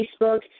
Facebook